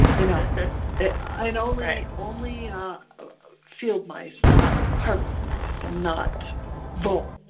you know i mean only only field mice not harvest mice and not voles,